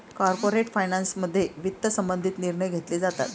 corporate फायनान्समध्ये वित्त संबंधित निर्णय घेतले जातात